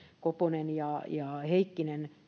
koponen ja ja heikkinen